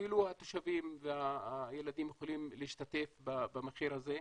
אפילו התושבים והילדים יכולים להשתתף במחיר הזה,